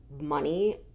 money